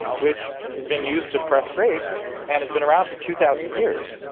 which is being used to press grapes and has been around for two thousand years.